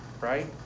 right